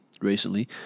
recently